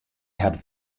hat